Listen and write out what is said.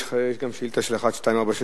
יש גם שאילתא 1246,